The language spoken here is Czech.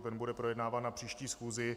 Ten bude projednáván na příští schůzi.